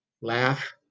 laugh